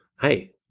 hey